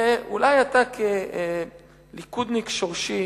ואולי אתה כליכודניק שורשי